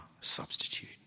substitute